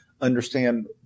understand